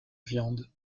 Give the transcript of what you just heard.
viande